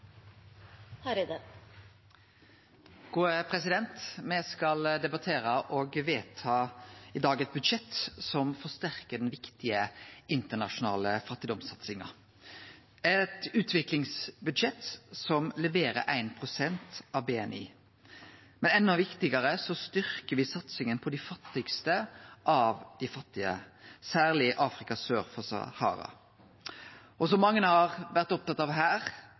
Me skal i dag debattere og vedta eit budsjett som forsterkar den viktige internasjonale fattigdomssatsinga, med eit utviklingsbudsjett som leverer 1 pst. av BNI. Men enda viktigare er det at me styrkjer satsinga på dei fattigaste av dei fattige – særleg i Afrika sør for Sahara. Og som mange har vore opptekne av her: